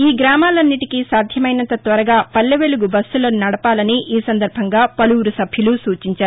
ఈ గ్రామాలన్నింటికీ సాధ్యమైనంత త్వరగా పల్లె వెలుగు బస్సులను నడపాలని ఈ సందర్బంగా పలువురు సభ్యులు సూచించారు